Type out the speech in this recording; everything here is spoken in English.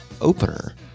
opener